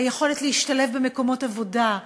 היכולת להשתלב במקומות עבודה,